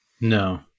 No